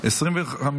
25